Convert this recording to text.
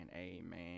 amen